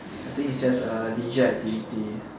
I think it's just a leisure activity